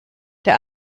der